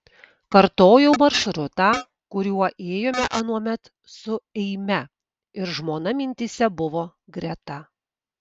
kartojau maršrutą kuriuo ėjome anuomet su eime ir žmona mintyse buvo greta